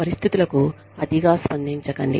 పరిస్థితులకు అతిగా స్పందించకండి